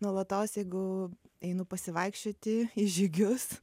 nuolatos jeigu einu pasivaikščioti į žygius